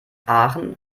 aachen